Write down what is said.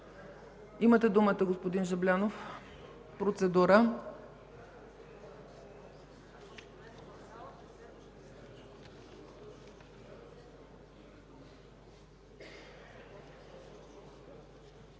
Имате думата, господин Жаблянов – процедура.